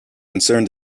concerned